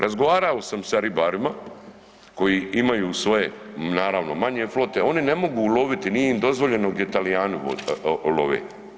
Razgovarao sam sa ribarima koji imaju svoje naravno, manje flote, oni ne mogu uloviti, nije im dozvoljeno gdje Talijani love.